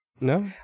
No